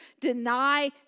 deny